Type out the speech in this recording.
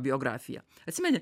biografiją atsimeni